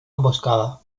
emboscada